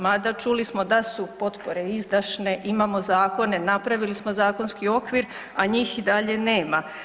Mada čuli smo da su potpore izdašne, imamo zakone, napravili smo zakonski okvir, a njih i dalje nema.